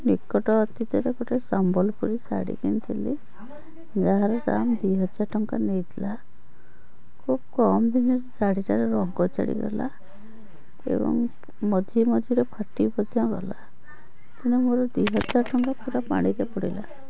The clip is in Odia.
ନିକଟ ଅତୀତରେ ଗୋଟେ ସମ୍ବଲପୁରୀ ଶାଢ଼ୀ କିଣିଥିଲି ଯାହାର ଦାମ୍ ଦୁଇହଜାର ଟଙ୍କା ନେଇଥିଲା ଖୁବ୍ କମଦିନ ରେ ଶାଢ଼ୀଟାରୁ ରଙ୍ଗ ଛାଡ଼ିଗଲା ଏବଂ ମଝିରେ ମଝିରେ ଗଲା ତେଣୁ ମୋର ଦୁଇ ହଜାର ଟଙ୍କା ପୁରା ପାଣିରେ ପଡ଼ିଲା